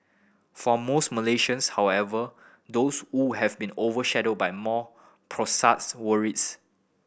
for most Malaysians however those who have been overshadowed by more worries